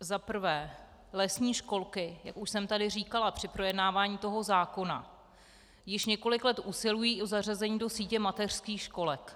Za prvé, lesní školky, jak už jsem tady říkala při projednávání tohoto zákona, již několik let usilují o zařazení do sítě mateřských školek.